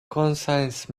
conscience